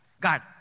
god